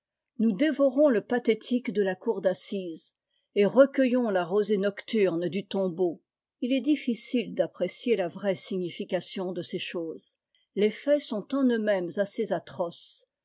nous dévorons le pathétique de la cour d'assises et recueillons la rosée nocturne du tombeau ii est difficile d'apprécier la vraie signification de ces choses les faits sont en eux-mêmes assez atroces